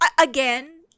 Again